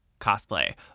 cosplay